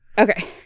Okay